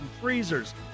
freezers